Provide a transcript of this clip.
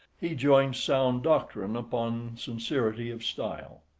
he joins sound doctrine upon sincerity of style.